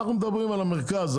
אנחנו מדברים על המרכז,